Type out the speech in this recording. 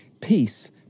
peace